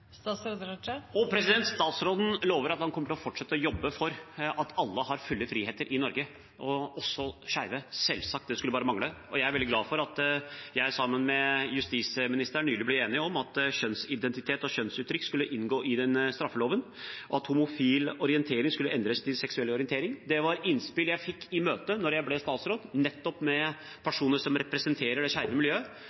Statsråden lover at han kommer til å fortsette å jobbe for at alle har fulle friheter i Norge, også skeive. Selvsagt – det skulle bare mangle. Jeg er veldig glad for at jeg sammen med justisministeren nylig ble enig om at kjønnsidentitet og kjønnsuttrykk skulle inngå i straffeloven, at «homofil orientering» skulle endres til «seksuell orientering». Det var innspill jeg fikk i møter da jeg ble statsråd, nettopp med